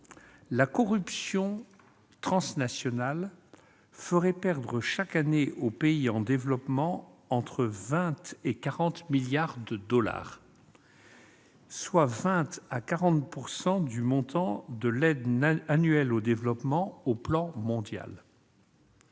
la corruption transnationale ferait perdre chaque année aux pays en développement entre 20 et 40 milliards de dollars, soit 20 % à 40 % du montant de l'aide annuelle au développement au plan mondial.